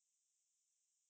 in this case basically